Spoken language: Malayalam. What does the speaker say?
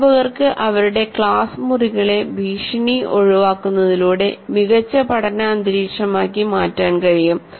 അധ്യാപകർക്ക് അവരുടെ ക്ലാസ് മുറികളെ ഭീഷണി ഒഴിവാക്കുന്നതിലൂടെ മികച്ച പഠന അന്തരീക്ഷമാക്കി മാറ്റാൻ കഴിയും